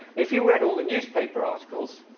if you read all the newspaper articles,